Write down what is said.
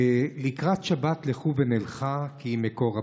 "לקראת שבת לכו ונלכה כי היא מקור הברכה".